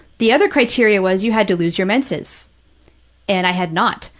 the other criteria was you had to lose your menses and i had not,